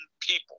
people